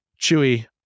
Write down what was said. Chewie